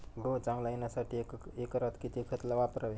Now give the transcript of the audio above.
गहू चांगला येण्यासाठी एका एकरात किती खत वापरावे?